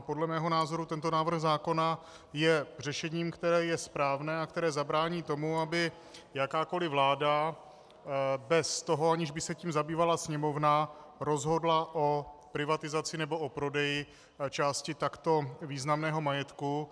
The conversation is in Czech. Podle mého názoru tento návrh zákona je řešením, které je správné a které zabrání tomu, aby jakákoli vláda bez toho, aniž by se tím zabývala Sněmovna, rozhodla o privatizaci nebo o prodeji části takto významného majetku.